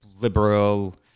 liberal